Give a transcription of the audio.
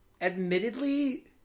admittedly